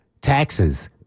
taxes